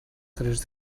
tres